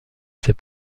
ses